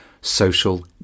social